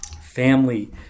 Family